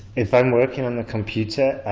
if i'm working on the computer